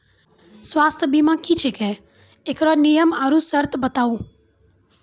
स्वास्थ्य बीमा की छियै? एकरऽ नियम आर सर्त बताऊ?